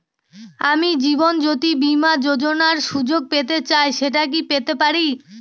আমি জীবনয্যোতি বীমা যোযোনার সুযোগ পেতে চাই সেটা কি পেতে পারি?